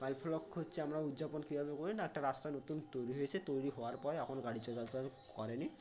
mile ফলক হচ্ছে আমরা উদযাপন কীভাবে করি না একটা রাস্তা নতুন তৈরি হয়েছে তৈরি হওয়ার পরে এখনও গাড়ি চলাচল করেনি